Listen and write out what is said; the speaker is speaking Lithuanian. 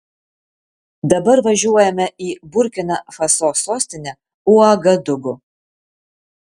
dabar važiuojame į burkina faso sostinę uagadugu